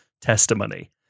testimony